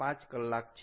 5 કલાક છે